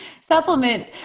supplement